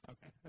Okay